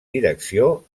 direcció